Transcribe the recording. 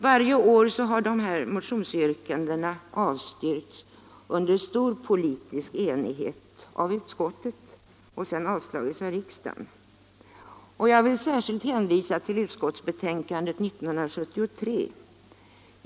Varje år har dessa motionsyrkandeo avstyrkts under stor politisk enighet i utskottet och sedan avslagits av riksdagen. Jag vill särskilt hänvisa till utskottsbetänkandet från år 1973.